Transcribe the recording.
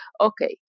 okay